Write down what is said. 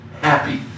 happy